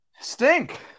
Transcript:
Stink